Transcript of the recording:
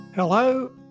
Hello